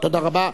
תודה רבה.